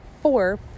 Four